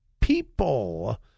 people